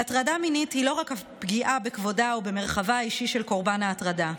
הטרדה מינית היא לא רק הפגיעה בכבודה או במרחבה האישי של קורבן ההטרדה.